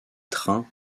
trains